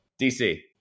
DC